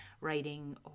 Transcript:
writing